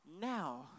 Now